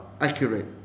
accurate